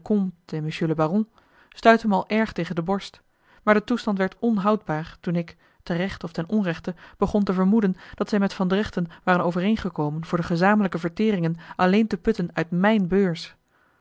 stuitte me al erg tegen de borst maar de toestand werd onhoudbaar toen ik te recht of ten onrechte begon te vermoeden dat zij met van dregten waren overeengekomen voor de gezamenlijke verteringen alleen te putten uit mijn beurs